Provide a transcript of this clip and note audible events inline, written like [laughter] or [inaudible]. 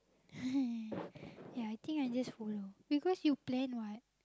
[laughs] ya I think I just follow because you plan [what]